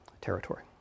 territory